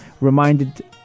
reminded